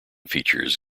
features